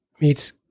Meets